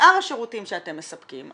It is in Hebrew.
שאר השירותים שאתם מספקים,